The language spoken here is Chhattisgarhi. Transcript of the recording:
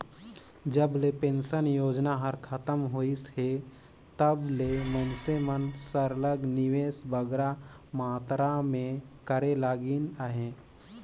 जब ले पेंसन योजना हर खतम होइस हे तब ले मइनसे मन सरलग निवेस बगरा मातरा में करे लगिन अहे